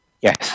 Yes